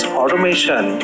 automation